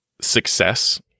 success